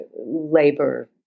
labor